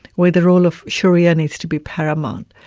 where the role of sharia needs to be paramount.